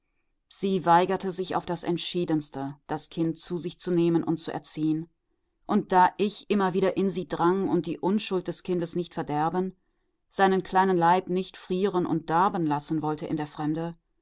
sie weigerte sich auf das entschiedenste das kind zu sich zu nehmen und zu erziehen und da ich immer wieder in sie drang und die unschuld des kindes nicht verderben seinen kleinen leib nicht frieren und darben lassen wollte in der fremde